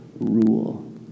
rule